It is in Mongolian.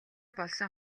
болсон